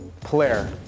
player